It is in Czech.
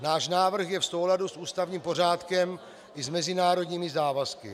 Náš návrh je v souladu s ústavním pořádkem i s mezinárodními závazky.